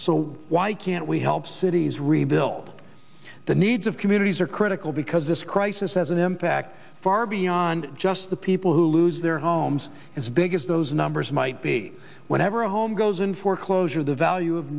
so why can we help cities rebuild the needs of communities are critical because this crisis has an impact far beyond just the people who lose their homes as big as those numbers might be whenever a home goes in foreclosure the value of